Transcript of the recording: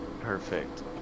perfect